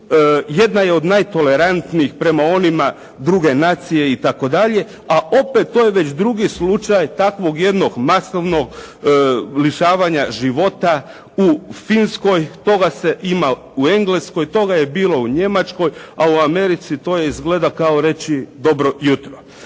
jedna je od najtolerantnijih prema onima druge nacije itd. a opet to je već drugi slučaj takvog jednog masovnog lišavanja života u Finskoj, toga se ima u Engleskoj, toga je bilo u Njemačkoj, a u Americi to izgleda kao reći dobro jutro.